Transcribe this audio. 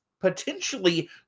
potentially